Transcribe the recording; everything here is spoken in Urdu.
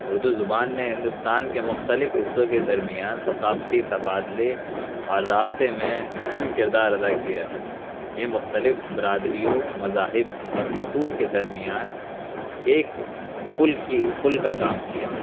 اردو زبان نے ہندوستان کے مخلتف حصوں کے درمیان ثقافتی تبادلے اور رابطے میں اہم کردار ادا کیا ہے یہ مختلف برادریوں مذاہب اور خطوط کے درمیان ایک پل کی پل کا کام کیا ہے